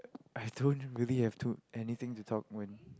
I don't really have to anything to talk when